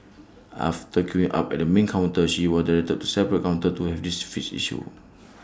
after queuing up at the main counter she was directed to separate counter to have the fixed issue